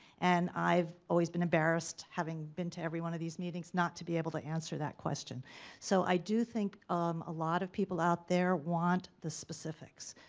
and i've always been embarrassed, having been to every one of these meetings not to be able to answer that question so i do think um a lot of people out there want the specifics.